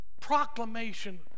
proclamation